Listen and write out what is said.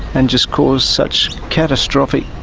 and just caused such catastrophic